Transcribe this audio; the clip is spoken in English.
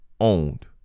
owned